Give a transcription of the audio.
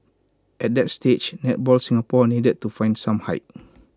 at that stage netball Singapore needed to find some height